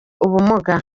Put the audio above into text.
ubumuga